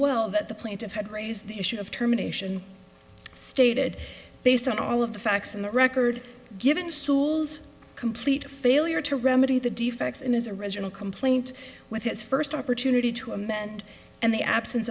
well that the plaintiff had raised the issue of terminations stated based on all of the facts in the record given soules complete failure to remedy the defects in his original complaint with his first opportunity to amend and the absence